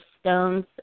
stones